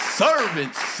servant's